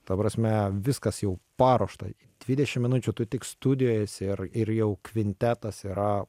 ta prasme viskas jau paruošta dvidešim minučių tu tik studijoj esi ir ir jau kvintetas yra